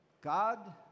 God